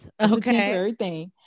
Okay